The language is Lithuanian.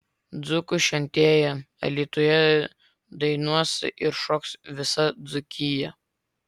dzūkų šventėje alytuje dainuos ir šoks visa dzūkija